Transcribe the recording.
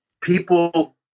people